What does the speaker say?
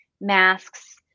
masks